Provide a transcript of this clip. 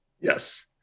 Yes